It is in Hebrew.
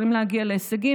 יכולים להגיע להישגים.